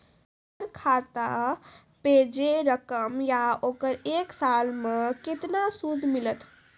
हमर खाता पे जे रकम या ओकर एक साल मे केतना सूद मिलत?